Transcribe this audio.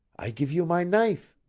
i geev you my knife!